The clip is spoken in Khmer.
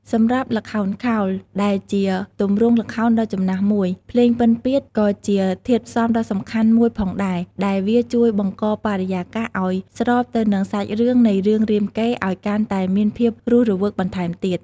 សម្រាប់ល្ខោនខោល ដែលជាទម្រង់ល្ខោនដ៏ចំណាស់មួយ ភ្លេងពិណពាទ្យក៏ជាធាតុផ្សំដ៏សំខាន់មួយផងដែរ ដែលវាជួយបង្កបរិយាកាសឱ្យស្របទៅនឹងសាច់រឿងនៃរឿងរាមកេរ្តិ៍ឲ្យកាន់តែមានភាពរស់រវើកបន្ថែមទៀត។